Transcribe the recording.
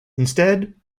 instead